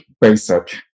basic